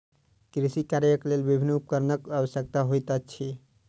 कृषि कार्यक लेल विभिन्न उपकरणक आवश्यकता होइत अछि